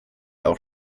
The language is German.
auch